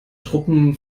truppen